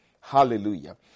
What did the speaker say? Hallelujah